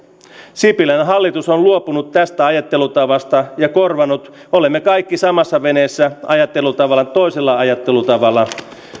sipilän hallitus on luopunut tästä ajattelutavasta ja korvannut olemme kaikki samassa veneessä ajattelutavan toisella ajattelutavalla